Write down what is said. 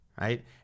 right